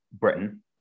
Britain